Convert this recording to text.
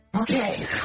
Okay